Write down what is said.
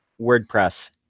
WordPress